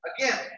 Again